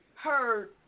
heard